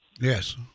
Yes